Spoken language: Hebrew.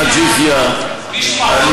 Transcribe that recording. שלוש משפחות,